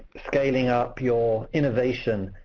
scaling up your innovation,